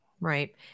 Right